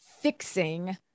fixing